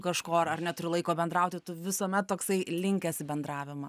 kažko ar ar neturiu laiko bendrauti tu visuomet toksai linkęs į bendravimą